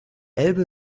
elbe